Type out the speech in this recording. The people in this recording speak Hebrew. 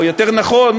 או יותר נכון,